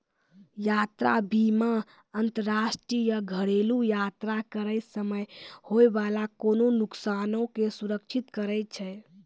यात्रा बीमा अंतरराष्ट्रीय या घरेलु यात्रा करै समय होय बाला कोनो नुकसानो के सुरक्षित करै छै